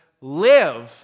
live